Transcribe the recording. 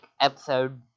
episode